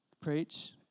Preach